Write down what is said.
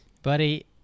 Buddy